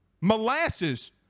Molasses